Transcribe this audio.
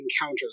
encounter